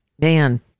man